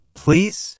please